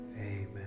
Amen